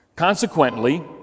Consequently